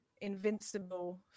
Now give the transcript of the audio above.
invincible